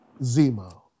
Zemo